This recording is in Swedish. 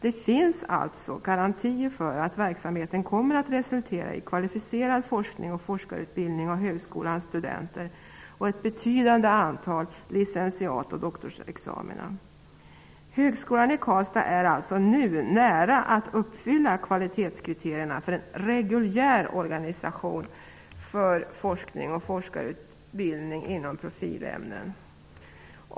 Det finns alltså garantier för att verksamheten kommer att resultera i kvalificerad forskning och forskarutbildning av högskolans studenter och ett betydande antal licentiat och doktorsexamina. Högskolan i Karlstad är alltså nu nära att uppfylla kvalitetskriterierna för en reguljär organisation för forskning och forskarutbildning inom profilämnen.